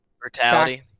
brutality